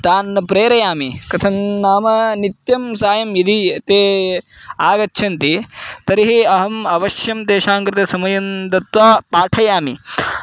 तान् प्रेरयामि कथं नाम नित्यं सायं यदि ते आगच्छन्ति तर्हि अहम् अवश्यं तेषां कृते समयं दत्वा पाठयामि